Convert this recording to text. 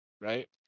Right